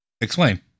Explain